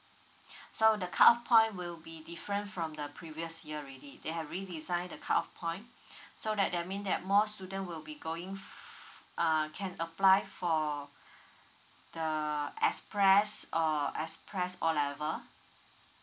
so the cut off point will be different from the previous year already they had re design the cut off point so that that mean that more student will be going f~ uh can apply for the express uh express O level